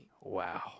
Wow